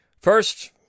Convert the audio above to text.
First